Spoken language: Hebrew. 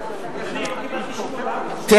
אדוני,